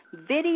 video